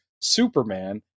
superman